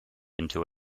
into